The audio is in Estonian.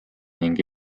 ning